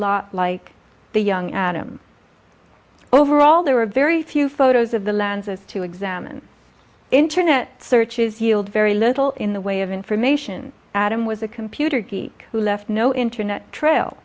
lot like the young adam overall there were very few photos of the lanzas to examine internet searches yield very little in the way of information adam was a computer geek who left no internet trail